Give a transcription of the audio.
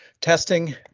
Testing